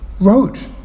wrote